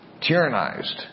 tyrannized